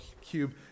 cube